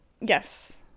Yes